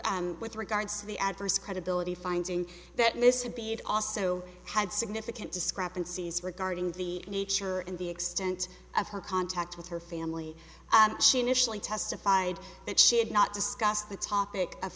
i'm with regards to the adverse credibility finding that mr b it also had significant discrepancies regarding the nature and the extent of her contact with her family she initially testified that she had not discussed the topic of